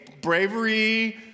bravery